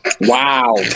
Wow